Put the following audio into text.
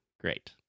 Great